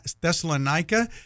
Thessalonica